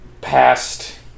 past